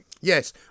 Yes